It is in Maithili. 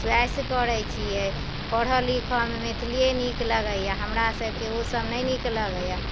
चोइस करैत छियै पढ़ऽ लिखऽमे मैथिलिये नीक लगैया हमरा सभकेँ ओ सभ नहि नीक लगैया